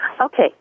Okay